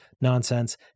nonsense